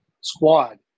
squad